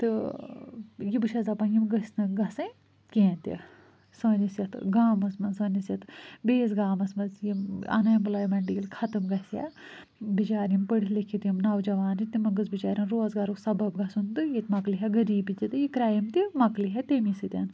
تہٕ یہِ بہٕ چھیٚس دَپان یِم گٔژھۍ نہٕ گَژھٕنۍ کیٚنٛہہ تہِ سٲنِس یَتھ گامس منٛز سٲنِس یَتھ بیٚیِس گامس منٛز یِم اَن ایٚمپٕلایمیٚنٛٹہٕ ییٚلہِ ختٕم گَژھہِ ہا بِچار یِم پٔرِتھ لیٚکِتھ یِم نوجوان چھِ تِمن گٔژھ بِچاریٚن روزگارُک سبب گَژھُن تہٕ ییٚتہِ مۄکلِہا غریٖبی تہِ تہٕ یہِ کرٛایم تہِ مۄکلِہا تٔمے سۭتۍ